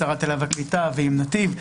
שרת העלייה והקליטה ונתיב.